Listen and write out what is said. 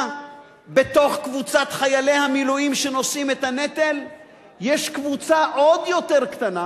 בתוך קבוצת חיילי המילואים שנושאים את הנטל יש קבוצה עוד יותר קטנה,